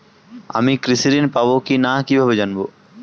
আমি কৃষি ঋণ পাবো কি না কিভাবে জানবো?